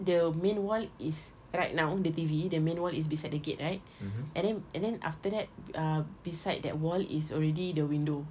the main wall is right now the T_V the main wall is beside the gate right and then and then after that uh beside that wall is already the window